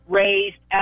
raised